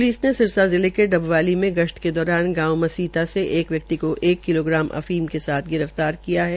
police ने सिरसा जिले के डबवाली में गश्त के दौरान मसीना से एक व्यक्ति को एक किलोग्राम अफीम के साथ गिरफ्तार किया है